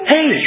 Hey